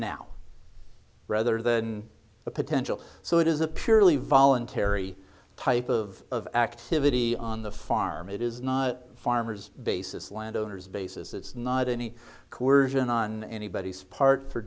now rather than a potential so it is a purely voluntary type of activity on the farm it is not farmers basis landowners basis it's not any coercion on anybody's part for